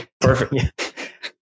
perfect